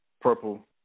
purple